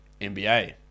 NBA